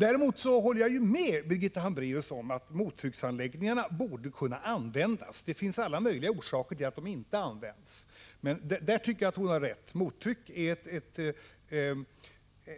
Däremot håller jag med Birgitta Hambraeus om att mottrycksanläggningarna borde kunna användas. Det finns alla möjliga orsaker till att de inte används. I fråga om detta tycker jag att hon har rätt. Mottryck är